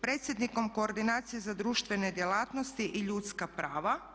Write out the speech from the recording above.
predsjednikom koordinacije za društvene djelatnosti i ljudska prava.